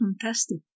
fantastic